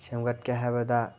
ꯁꯦꯝꯒꯠꯀꯦ ꯍꯥꯏꯕꯗ